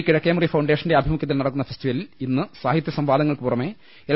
കിഴക്കേമുറി ഫൌണ്ടേഷന്റെ ആഭിമുഖ്യത്തിൽ നടക്കുന്ന ഫെസ്റ്റിവലിൽ ഇന്ന് സാഹിത്യ സംവാദങ്ങൾക്കുപുറമെ എൽ